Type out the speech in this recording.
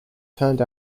turned